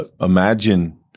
imagine